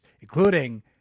including